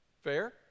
Fair